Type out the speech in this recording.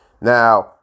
Now